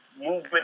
movement